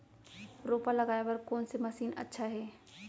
रोपा लगाय बर कोन से मशीन अच्छा हे?